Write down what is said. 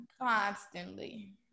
Constantly